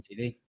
tv